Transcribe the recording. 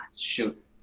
shoot